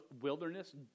wilderness